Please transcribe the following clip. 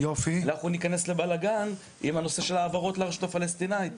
אנחנו ניכנס לבלגן עם הנושא של העברות לרשות הפלסטינית,